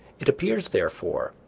it appears, therefore,